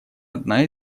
одна